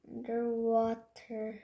Underwater